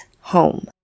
home